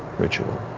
ritual.